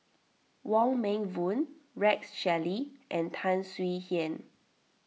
Wong Meng Voon Rex Shelley and Tan Swie Hian